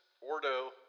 ordo